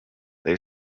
they